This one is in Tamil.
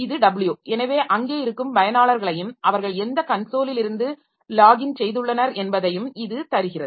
இது w எனவே அங்கே இருக்கும் பயனாளர்களையும்அவர்கள் எந்த கன்சோலில் இருந்து லாக்இன் செய்துள்ளனர் எனபதையும் இது தருகிறது